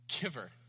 giver